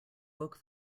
woke